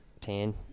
Ten